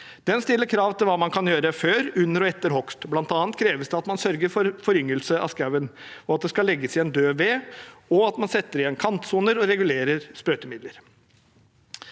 Den stiller krav til hva man kan gjøre før, under og etter hogst. Blant annet kreves det at man sørger for en foryngelse av skogen, at det skal legges igjen død ved, og at man setter igjen kantsoner og regulerer sprøytemidler.